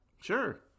Sure